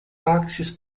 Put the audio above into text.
táxis